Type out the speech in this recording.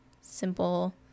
simple